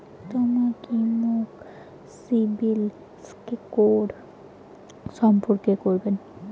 তমা কি মোক সিবিল স্কোর সম্পর্কে কবেন?